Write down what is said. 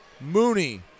Mooney